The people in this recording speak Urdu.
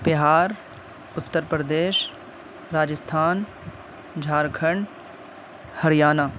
بہار اتر پردیش راجستھان جھار کھنڈ ہریانہ